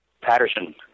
Patterson